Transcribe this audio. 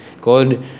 God